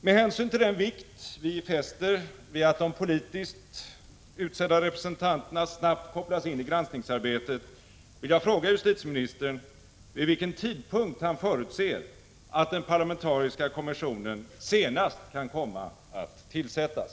Med hänsyn till den vikt vi fäster vid att de politiskt utsedda representanterna snabbt kopplas in i granskningsarbetet vill jag fråga justitieministern vid vilken tidpunkt han förutser att den parlamentariska kommissionen senast kan komma att tillsättas.